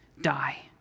die